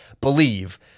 believe